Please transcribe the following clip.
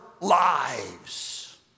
lives